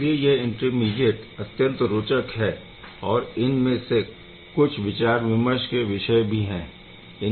इसलिए यह इंटरमीडीएट अत्यंत रोचक है और इन में से कुछ विचार विमर्श के विषय भी है